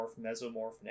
mesomorph